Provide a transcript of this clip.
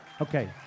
Okay